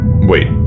Wait